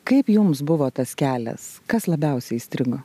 kaip jums buvo tas kelias kas labiausiai įstrigo